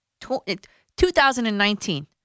2019